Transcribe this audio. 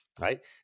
right